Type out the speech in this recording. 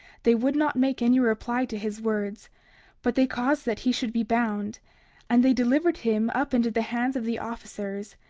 they would not make any reply to his words but they caused that he should be bound and they delivered him up into the hands of the officers,